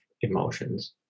emotions